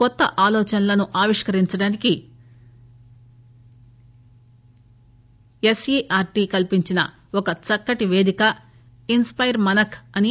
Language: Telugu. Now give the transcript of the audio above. కొత్త ఆలోచనలను ఆవిష్కరించడానికి ఎస్ఈఆర్టి కల్పించిన ఒక చక్కటి వేదిక ఇస్పెర్ మనక్ అని